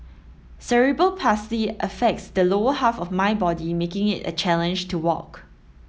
Cerebral Palsy affects the lower half of my body making it a challenge to walk